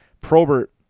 Probert